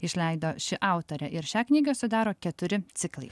išleido ši autorė ir šią knygą sudaro keturi ciklai